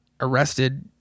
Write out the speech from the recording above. arrested